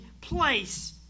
place